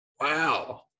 Wow